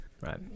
right